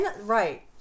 Right